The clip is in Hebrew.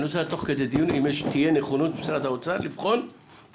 אני רוצה לדעת תוך כדי דיון אם תהיה נכונות של משרד האוצר לבחון קיזוז